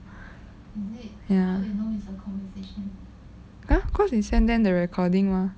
ya !huh! cause they sent them the recording mah